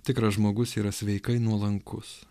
tikras žmogus yra sveikai nuolankus